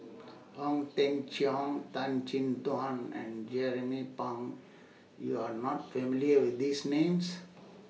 Ong Teng Cheong Tan Chin Tuan and Jernnine Pang YOU Are not familiar with These Names